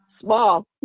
small